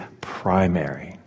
primary